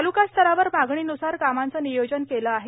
तालुकास्तरावर मागणीन्सार कामांचं नियोजन केलं आहे